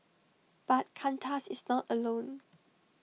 but Qantas is not alone